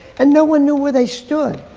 and no one knew where they stood.